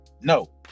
No